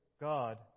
God